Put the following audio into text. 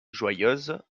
joyeuse